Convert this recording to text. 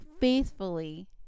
faithfully